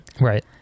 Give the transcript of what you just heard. Right